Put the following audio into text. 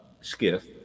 skiff